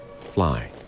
fly